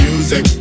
Music